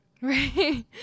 Right